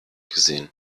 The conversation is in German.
gesehen